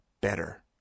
better